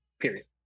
period